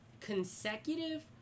consecutive